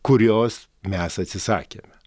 kurios mes atsisakėme